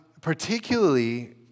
particularly